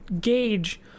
gauge